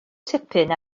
tipyn